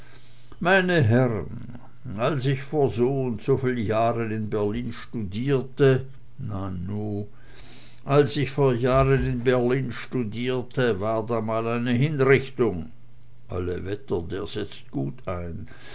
meine herren als ich vor soundso viel jahren in berlin studierte nanu als ich vor jahren in berlin studierte war da mal ne hinrichtung alle wetter der setzt gut ein